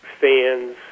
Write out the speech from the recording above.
fans